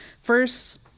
first